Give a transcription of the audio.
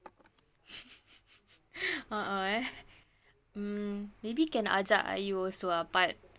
uh uh mm maybe can ajak ayu also ah but